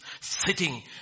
sitting